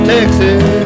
Texas